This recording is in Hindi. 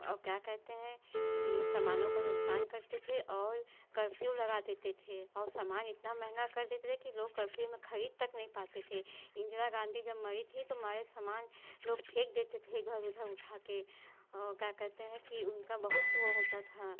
और क्या कहते हैं कि समानों का नुक़सान करते थे और कर्फ़्यू लगा देते थे और समान इतना महंगा कर देते थे कि लोग कर्फ़्यू में ख़रीद तक नहीं पाते थे इंदिरा गाँधी जब मरी थीं तो हमारा समान लोग फेंक देते थे इधर उधर उठाकर औ क्या कहते हैं कि उनका बहुत वह होता था